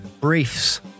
Briefs